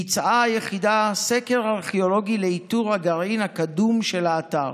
ביצעה היחידה סקר ארכיאולוגי לאיתור הגרעין הקדום של האתר.